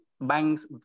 banks